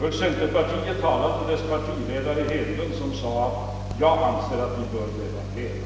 För centerpartiet talade dess partiledare, herr Hedlund, som sade: Jag anser att vi bör devalvera.